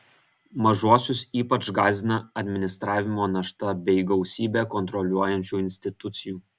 mažuosius ypač gąsdina administravimo našta bei gausybė kontroliuojančių institucijų